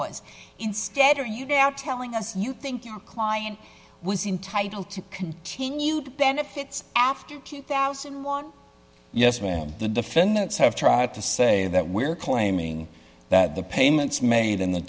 was instead are you now telling us you think your client was entitle to continue benefits after two thousand yes ma'am the defendants have tried to say that we're claiming that the payments made in the